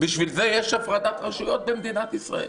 בשביל זה יש הפרדת רשויות במדינת ישראל.